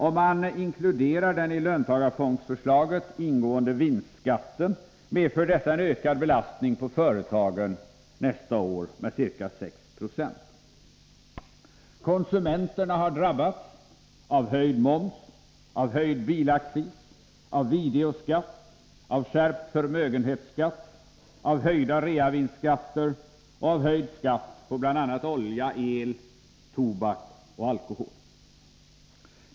Om man inkluderar den i löntagarfondsförslaget ingående vinstskatten, medför detta en ökad belastning på företagen nästa år med ca 6 20. Konsumenterna har drabbats av höjd moms, av höjd bilaccis, av videoskatt, av skärpt förmögenhetsskatt, av höjda reavinstskatter och av höjd skatt på bl.a. olja, el, tobak och alkohol.